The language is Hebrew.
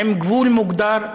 עם גבול מוגדר,